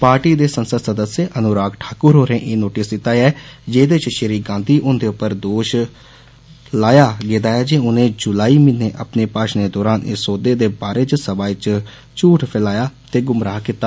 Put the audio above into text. party दे संसद सदस्य अनुराग ठाकुर होरें एह् नोटिस दिता ऐ जेदे च श्री गांधी होंदे पर दोश लाया गेदा ऐ जे उनें जुलाई म्हीने अपने भाशणै दौरान इस सौदे दे बारे च सभा च झूठ फैलाया ते गुमाह कीता